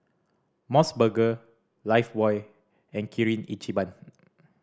Mos Burger Lifebuoy and Kirin Ichiban